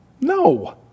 No